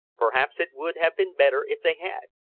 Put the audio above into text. perhaps it would have been better if they had.